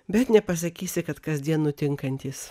bet nepasakysi kad kasdien nutinkantys